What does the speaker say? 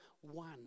one